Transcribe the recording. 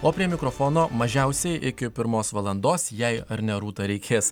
o prie mikrofono mažiausiai iki pirmos valandos jei ar ne rūta reikės